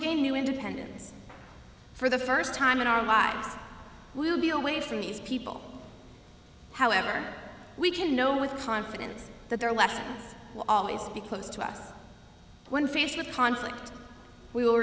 gain new independence for the first time in our lives will be away from these people however we can know with confidence that their lessons will always be close to us when faced with conflict w